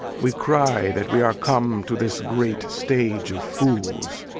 we cry that we are come to this great stage of fools.